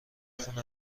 خون